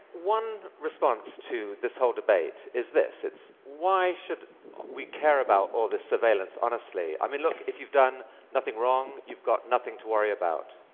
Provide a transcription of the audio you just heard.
one response to this whole debate is this why should we care about all this surveillance, honestly? i mean, look, if you've done nothing wrong, you've got nothing to worry about.